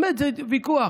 באמת, זה ויכוח.